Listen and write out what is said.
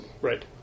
Right